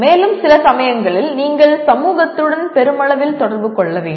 மேலும் சில சமயங்களில் நீங்கள் சமூகத்துடன் பெருமளவில் தொடர்பு கொள்ள வேண்டும்